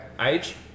Age